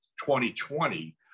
2020